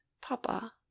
Papa